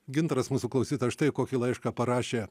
gintaras mūsų klausytojas štai kokį laišką parašė